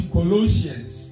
Colossians